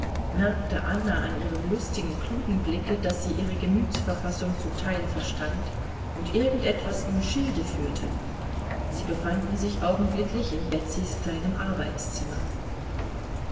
merkte anna an ihrem lustigen klugen blicke daß sie ihre gemütsverfassung zum teil verstand und irgend etwas im schilde führte sie befanden sich augenblicklich in betsys kleinem arbeitszimmer